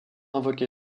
invoqué